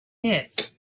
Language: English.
his